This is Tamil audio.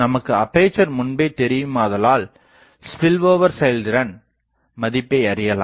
நமக்கு அப்பேசர் முன்பே தெரியுமாதலால் ஸ்பில்ஓவர் செயல்திறன் மதிப்பை அறியலாம்